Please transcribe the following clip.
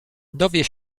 dowie